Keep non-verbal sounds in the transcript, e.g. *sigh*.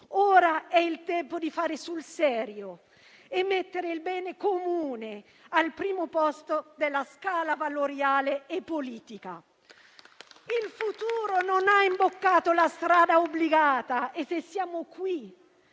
ora è il tempo di fare sul serio e mettere il bene comune al primo posto della scala valoriale e politica. *applause* Il futuro non ha imboccato la strada obbligata e se siamo qui,